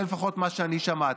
זה לפחות מה שאני שמעתי.